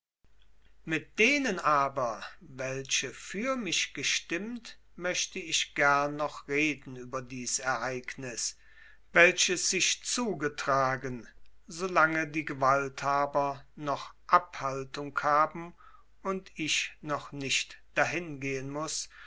mit denen aber welche für mich gestimmt möchte ich gern noch reden über dies ereignis welches sich zugetragen solange die gewalthaber roch abhaltung haben und ich noch nicht dahin gehen muß